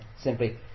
Simply